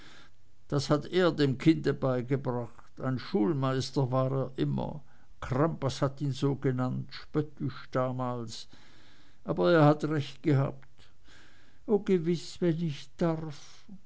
das hat er dem kinde beigebracht ein schulmeister war er immer crampas hat ihn so genannt spöttisch damals aber er hat recht gehabt o gewiß wenn ich darf